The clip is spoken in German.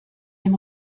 dem